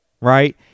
right